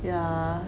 yeah